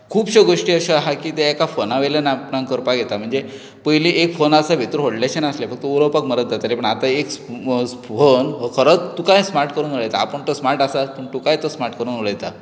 खुबसो गोश्टी अश्यो आहा की ते एका फोना वयल्यान आपणाक करपा येता म्हणजे पयलीं एक फोन आसप एकतर व्हडलेंशें नासलें फकत उलोवपाक मदत जाताले पूण आतां एक फोन हो खरोच तुकाय स्मार्ट करून उडयता आपूण तर स्मार्ट आसा पूण तुकाय तो स्मार्ट करून उडयता